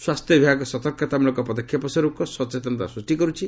ସ୍ୱାସ୍ଥ୍ୟ ବିଭାଗ ସତର୍କତାମୂଳକ ପଦକ୍ଷେପସ୍ୱରୂପ ସଚେତନତା ସୃଷ୍ଟି କରୁଛି